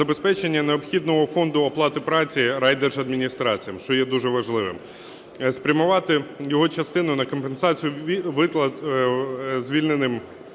забезпечення необхідного фонду оплати праці райдержадміністраціям, що є дуже важливим; спрямувати його частину на компенсацію виплат звільненим